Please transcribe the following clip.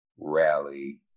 rally